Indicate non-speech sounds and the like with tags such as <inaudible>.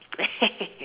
<laughs>